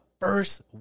first